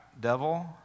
devil